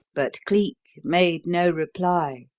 but cleek made no reply.